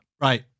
Right